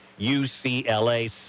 UCLA